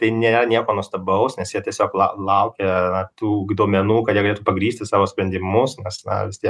tai nėra nieko nuostabaus nes jie tiesiog laukia tų duomenų kad galėtų pagrįsti savo sprendimus nes na vistiek